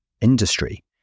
industry